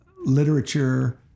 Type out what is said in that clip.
literature